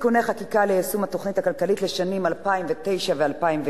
(תיקוני חקיקה ליישום התוכנית הכלכלית לשנים 2009 ו-2010)